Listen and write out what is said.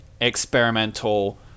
experimental